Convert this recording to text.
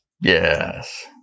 Yes